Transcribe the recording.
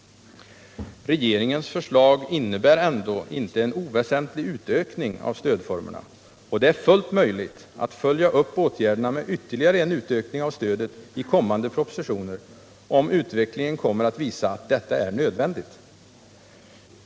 Regeringens förslag innebär ändå en inte oväsentlig utökning av stödformerna, och det är fullt möjligt att följa upp åtgärderna med ytterligare en utökning av stödet i kommande propositioner, om utvecklingen kommer att visa att detta är nödvändigt.